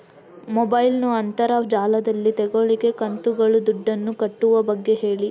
mobile ನ್ನು ಅಂತರ್ ಜಾಲದಲ್ಲಿ ತೆಗೋಲಿಕ್ಕೆ ಕಂತುಗಳಲ್ಲಿ ದುಡ್ಡನ್ನು ಕಟ್ಟುವ ಬಗ್ಗೆ ಹೇಳಿ